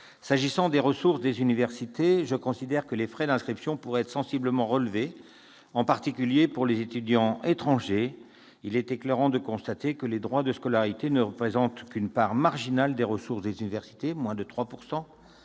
S'agissant des ressources des universités, je considère que les frais d'inscription pourraient être sensiblement relevés, en particulier pour les étudiants étrangers. Il est éclairant de constater que les droits de scolarité ne représentent qu'une part marginale des ressources des universités- moins de 3 %.